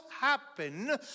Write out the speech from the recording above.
happen